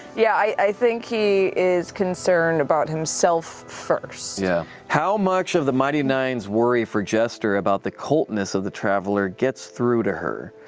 yeah, i think he is concerned about himself first. brian yeah. how much of the mighty nein's worry for jester about the cultness of the traveler gets through to her?